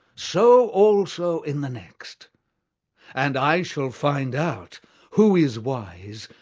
so also in the next and i shall find out who is wise,